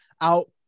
out